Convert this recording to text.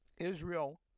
Israel